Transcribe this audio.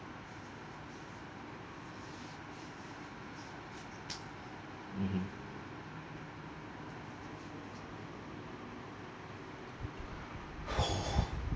mmhmm